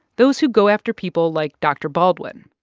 those who go after people like dr. baldwin.